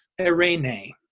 erene